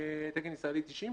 תקן ישראלי 90,